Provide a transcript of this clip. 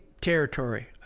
territory